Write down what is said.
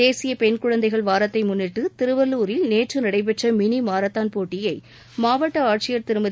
தேசிய பென் குழந்தைகள் வாரத்தை முன்னிட்டு திருவள்ளூரில் நேற்று நடைபெற்ற மினி மாரத்தான் போட்டியை மாவட்ட ஆட்சியர் திருமதி